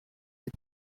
est